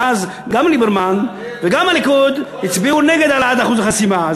שאז גם ליברמן וגם הליכוד הצביעו נגד העלאת אחוז החסימה.